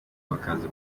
bakaza